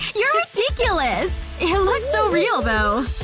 you're ridiculous! it looked so real, though!